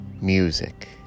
music